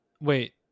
wait